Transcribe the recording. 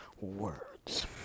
words